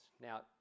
Now